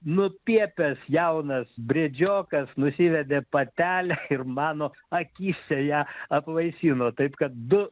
nupiepęs jaunas briedžiokas nusivedė patelę ir mano akyse ją apvaisino taip kad du